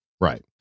right